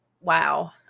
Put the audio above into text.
Wow